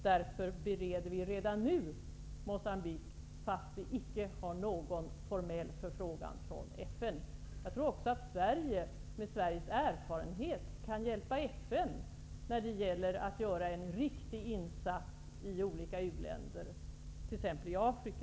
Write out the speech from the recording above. Därför bereder vi redan nu den frågan när det gäller Moçambique, fastän vi inte har någon formell förfrågan från FN. Jag tror också att Sverige med sina erfarenheter kan hjälpa FN när det gäller att göra en riktig insats i olika u-länder, t.ex. i Afrika.